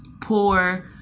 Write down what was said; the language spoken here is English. poor